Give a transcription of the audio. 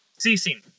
ceasing